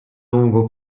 lungo